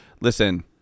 listen